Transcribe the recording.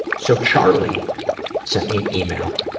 so, charlie sent me an email.